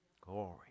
Glory